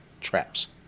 traps